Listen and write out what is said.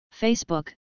Facebook